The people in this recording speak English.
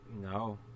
No